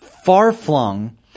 far-flung